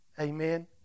Amen